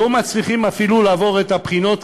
לא מצליחים אפילו לעבור את הבחינות,